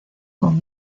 con